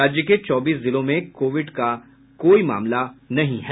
राज्य के चौबीस जिलों में कोविड का कोई मामला नहीं है